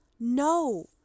No